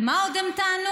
ומה עוד הם טענו?